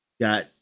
Got